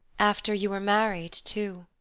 after you were married, too?